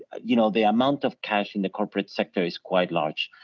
you know, the amount of cash in the corporate sector is quite large,